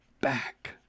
back